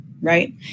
right